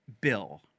bill